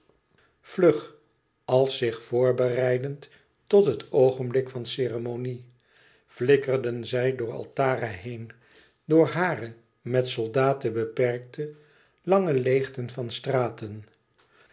vlug als zich voorbereidend tot het oogenblik van ceremonie flikkerden zij door altara heen door hare met soldaten beperkte lange leêgten van straten